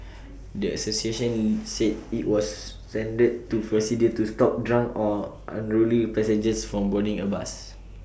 the associations said IT was standard procedure to stop drunk or unruly passengers from boarding A bus